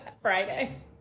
Friday